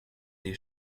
des